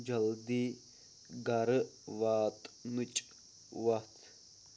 جلدٕے گَرٕ واتنٕچ وَتھ